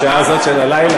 בשעה הזאת של הלילה?